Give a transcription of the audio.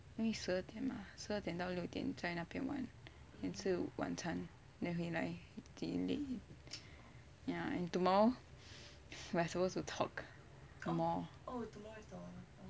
因为十二十二点到六点在那边玩就晚餐 then 回来一定很累 ya and tomorrow we are supposed to talk more